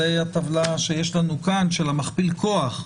זו הטבלה שיש לנו כאן של מכפיל הכוח.